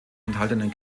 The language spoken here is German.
enthaltenen